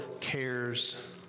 cares